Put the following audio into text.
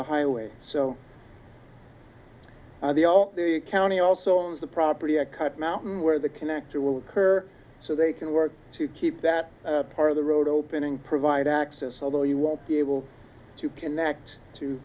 the highway so the all the county also owns the property a cut mountain where the connector will occur so they can work to keep that part of the road opening provide access although you won't be able to connect t